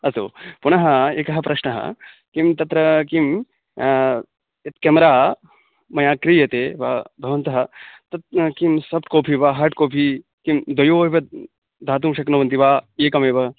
अस्तु पुनः एकः प्रश्नः किं तत्र किं यत् क्यमरा मया क्रीयते वा भवन्तः तत् किं सफ़्ट् कोपि वा हार्ड् कोपि किं द्वयो एव दातुं शक्नुवन्ति वा एकमेव